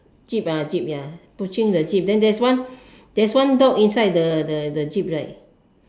jeep ah jeep ya pushing the jeep then there's one there's one dog inside the the the jeep right